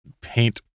paint